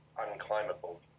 unclimbable